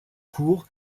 court